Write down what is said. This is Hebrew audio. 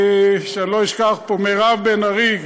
שאני לא אשכח פה, מירב בן ארי,